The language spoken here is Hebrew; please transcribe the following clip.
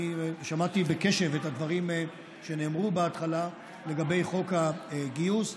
אני שמעתי בקשב את הדברים שנאמרו בהתחלה לגבי חוק הגיוס,